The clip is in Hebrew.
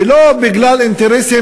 ולא בגלל אינטרסים,